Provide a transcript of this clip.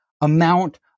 amount